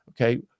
Okay